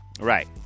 Right